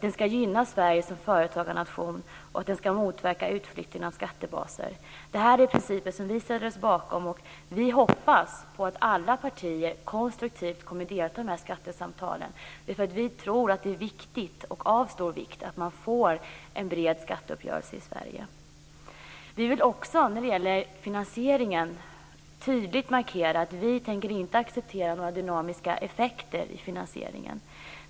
Den skall gynna Sverige som företagarnation, och den skall motverka utflyttningen av skattebaser. Det är principer som vi ställer oss bakom, och vi hoppas att alla partier konstruktivt kommer att delta i de här skattesamtalen. Vi tror att det är av stor vikt att få en bred skatteuppgörelse i Sverige. Vi vill också tydligt markera att vi inte tänker acceptera några dynamiska effekter i finansieringen.